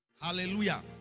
hallelujah